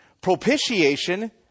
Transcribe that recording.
Propitiation